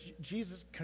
Jesus